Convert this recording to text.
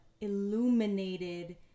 illuminated